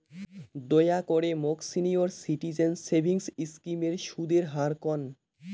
দয়া করে মোক সিনিয়র সিটিজেন সেভিংস স্কিমের সুদের হার কন